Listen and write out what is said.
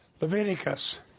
Leviticus